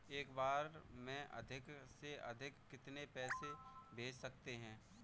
एक बार में अधिक से अधिक कितने पैसे भेज सकते हैं?